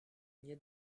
nie